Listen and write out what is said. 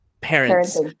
parents